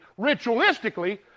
ritualistically